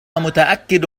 متأكد